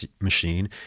machine